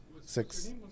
Six